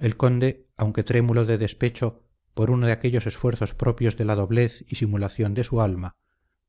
el conde aunque trémulo de despecho por uno de aquellos esfuerzos propios de la doblez y simulación de su alma